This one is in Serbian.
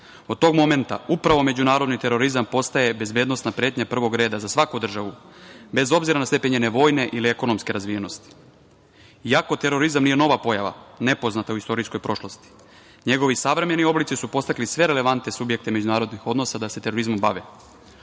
Od tog momenta upravo međunarodni terorizam postaje bezbednosna pretnja prvog reda za svaku državu, bez obzira na stepen njene vojne ili ekonomske razvijenosti. Iako terorizam nije nova pojava, nepoznata u istorijskoj prošlosti, njegovi savremeni oblici su podstakli sve relevantne subjekte međunarodnih odnosa da se terorizmom bave.U